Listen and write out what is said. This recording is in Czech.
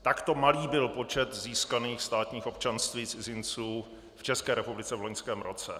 Takto malý byl počet získaných státních občanství cizinců v České republice v loňském roce.